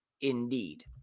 Indeed